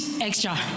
extra